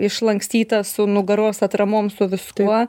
išlankstytą su nugaros atramom su viskuo